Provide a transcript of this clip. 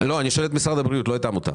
אני שואל את משרד הבריאות ולא את העמותה.